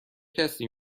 کسی